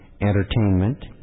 entertainment